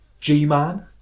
G-Man